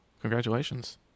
Congratulations